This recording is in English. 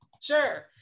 Sure